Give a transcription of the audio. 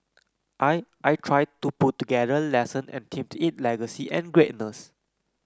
I I tried to put together lesson and themed it legacy and greatness